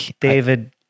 David